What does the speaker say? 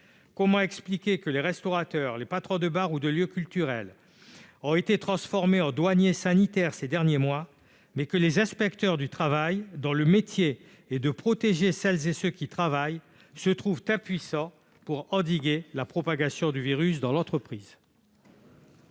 Comment expliquer que les restaurateurs, les patrons de bar et de lieu culturel aient été transformés en douaniers sanitaires ces derniers mois, alors que les inspecteurs du travail, dont le métier est de protéger celles et ceux qui travaillent, se trouvent impuissants pour endiguer la propagation du virus dans les entreprises ?